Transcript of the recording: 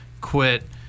quit